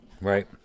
Right